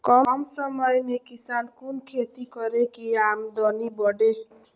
कम समय में किसान कुन खैती करै की आमदनी बढ़े?